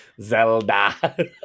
Zelda